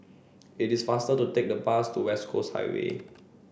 it is faster to take the bus to West Coast Highway